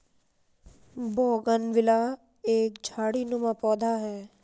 bougainvillea एक झाड़ीनुमा पौधा है